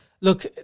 Look